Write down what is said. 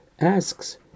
asks